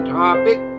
topic